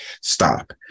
stop